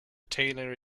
tailor